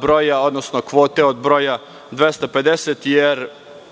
broja, odnosno kvote od broja 250, jer